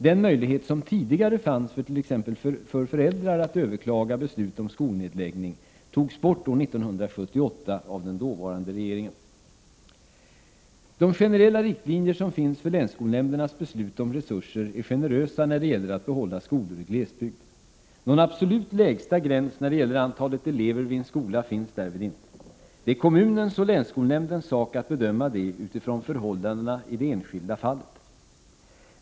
Den möjlighet som tidigare fanns för t.ex. föräldrar att överklaga beslut om skolnedläggning togs bort år 1978 av den dåvarande regeringen. De generella riktlinjer som finns för länsskolnämndernas beslut om resurser är generösa när det gäller att behålla skolor i glesbygd. Någon absolut lägsta gräns när det gäller antalet elever vid en skola finns därvid inte. Det är kommunens och länsskolnämndens sak att bedöma detta utifrån förhållandena i det enskilda fallet.